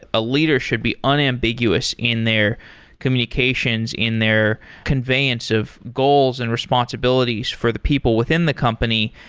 a leader should be unambiguous in their communications, in their conveyance of goals and responsibilities for the people within the company,